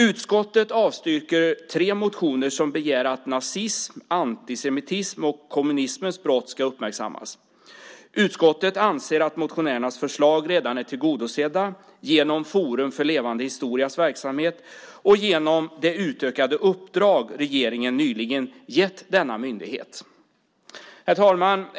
Utskottet avstyrker tre motioner som begär att nazism, antisemitism och kommunismens brott ska uppmärksammas. Utskottet anser att motionärernas förslag redan är tillgodosedda genom Forum för levande historias verksamhet och genom det utökade uppdrag regeringen nyligen gett denna myndighet. Herr talman!